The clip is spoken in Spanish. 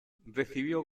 recibió